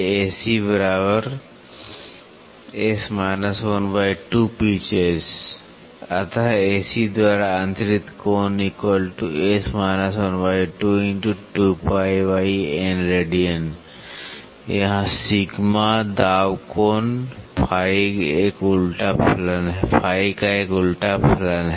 Then AC pitches अत AC द्वारा अंतरित कोण यहाँ दाब कोण का एक उलटा फलन है